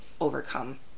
overcome